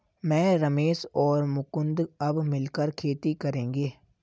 मैं, रमेश और मुकुंद अब मिलकर खेती करेंगे